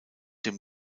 dem